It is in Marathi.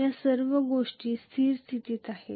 या सर्व गोष्टी स्थिर स्थितीत आहेत